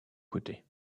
côté